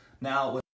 Now